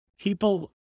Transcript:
people